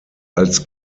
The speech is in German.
als